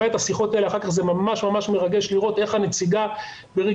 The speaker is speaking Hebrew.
את השיחות האלה אחר כך זה ממש מרגש לראות איך הנציגה ברגישות,